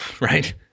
Right